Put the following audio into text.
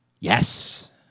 Yes